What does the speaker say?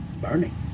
Burning